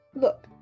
Look